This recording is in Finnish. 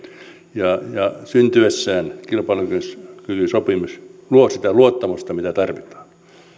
ja syntyessään kilpailukykysopimus luo sitä luottamusta mitä tarvitaan